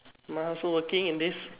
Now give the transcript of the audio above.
ma also working in this